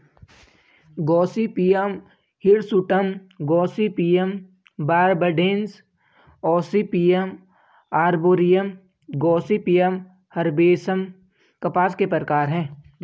Gossypium हिरसुटम, गॉसिपियम बारबडेंस, ऑसीपियम आर्बोरियम, गॉसिपियम हर्बेसम कपास के प्रकार है